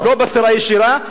לא בצורה ישירה.